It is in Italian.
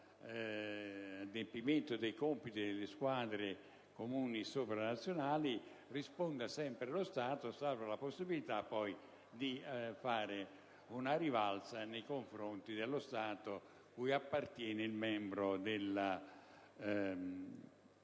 nell'adempimento dei compiti delle squadre comuni sovranazionali risponda sempre lo Stato, salva la possibilità poi di fare una rivalsa nei confronti dello Stato cui appartiene il membro della squadra.